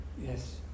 Yes